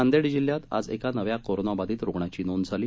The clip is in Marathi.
नांदेड जिल्ह्यात आज एका नव्या कोरोनाबाधित रूग्णांची नोंद झाली